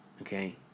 okay